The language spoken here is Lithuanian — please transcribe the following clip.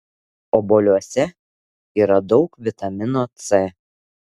obuoliuose yra daug vitamino c